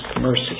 mercy